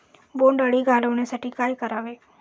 बोंडअळी घालवण्यासाठी काय करावे?